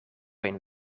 een